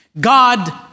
God